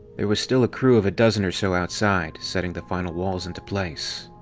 there was still a crew of a dozen or so outside, setting the final walls into place.